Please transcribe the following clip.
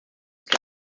que